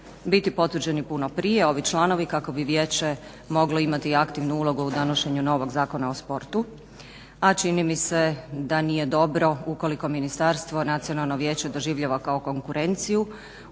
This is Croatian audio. biti potvrđeni puno prije, ovi članovi kako bi vijeće moglo imati aktivnu ulogu u donošenju novog zakona o sportu a čini mi se da nije dobro ukoliko Ministarstvo nacionalno vijeće doživljava kao konkurenciju